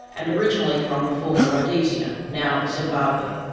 and originally from the former rhodesia, now zimbabwe.